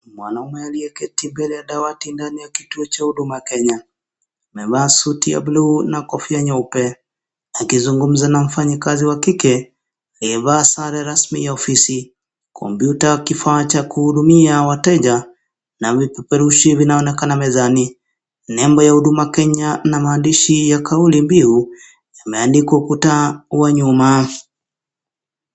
Mwanaume aliyeketi mbele ya dawati ndani ya kituo cha Huduma Kenya. Amevaa suti ya buluu na kofia nyeupe, akizungumza na mfanyikazi wa kike aliyevaa sare rasmi ya ofisi. Kompyuta, kifaa cha kuhudumia wateja na vipeperushi vinaonekana mezani. Nembo ya Huduma Kenya na maandishi ya kauli mbiu imeandikwa ukuta wa nyuma.